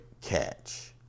catch